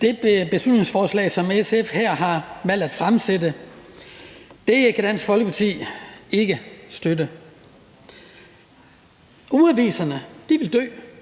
Det beslutningsforslag, som SF har valgt at fremsætte, kan Dansk Folkeparti ikke støtte. Ugeaviserne vil dø,